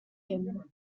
him